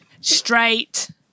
straight